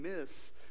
miss